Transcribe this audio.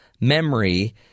memory